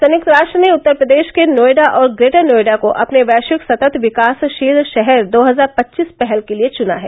संयुक्त राष्ट्र ने उत्तर प्रदेश के नोएडा और ग्रेटर नोएडा को अपने वैश्विक सतत विकासशील शहर दो हजार पच्चीस पहल के लिए चुना है